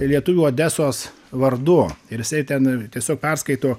lietuvių odesos vardu ir jisai ten tiesiog perskaito